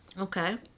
Okay